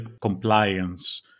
compliance